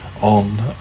on